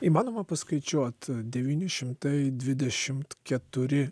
įmanoma paskaičiuot devyni šimtai dvidešimt keturi